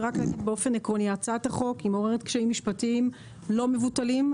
הצעת החוק מעוררת קשיים משפטיים לא מבוטלים.